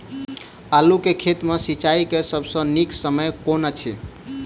आलु केँ खेत मे सिंचाई केँ सबसँ नीक समय कुन अछि?